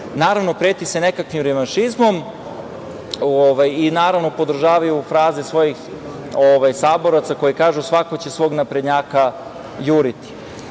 Naravno, preti se nekakvim revanšizmom i podržavaju fraze svojih saboraca koji kažu svako će svog naprednjaka juriti. Mi